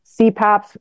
CPAPs